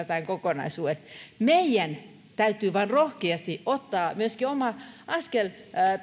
tämän kokonaisuuden todella tervetulleeksi uudistukseksi meidän täytyy vain rohkeasti ottaa myöskin oma askel